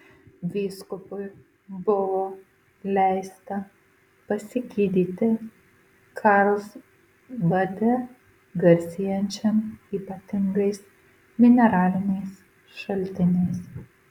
vyskupui buvo leista pasigydyti karlsbade garsėjančiam ypatingais mineraliniais šaltiniais